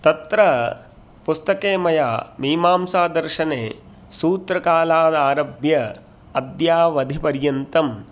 तत्र पुस्तके मया मीमांसादर्शने सूत्रकालादारभ्य अद्यावधिपर्यन्तं